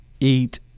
eat